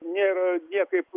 nėra niekaip